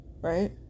Right